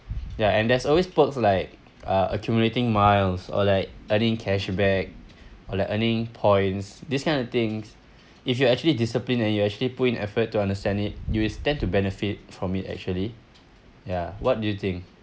ya and there's always perks like a accumulating miles or like earning cashback or like earning points these kind of things if you actually discipline and you actually put in effort to understand it you will stand to benefit from it actually ya what do you think